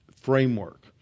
framework